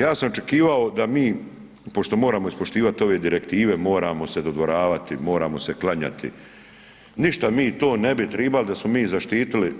Ja sam očekivao da mi pošto moramo ispoštivat ove direktive, moramo se dodvoravati, moramo se klanjati, ništa mi to ne bi tribali da smo mi zaštitili